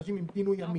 אנשים המתינו ימים,